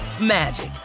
magic